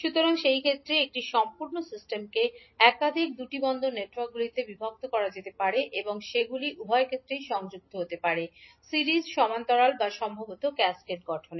সুতরাং সেই ক্ষেত্রে এটি সম্পূর্ণ সিস্টেমকে একাধিক দুটি পোর্ট নেটওয়ার্কগুলিতে বিভক্ত করা যেতে পারে এবং সেগুলি উভয় ক্ষেত্রেই সংযুক্ত হতে পারে সিরিজ সমান্তরাল বা সম্ভবত ক্যাসকেড গঠনে